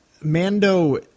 Mando